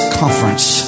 conference